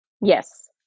Yes